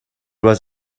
was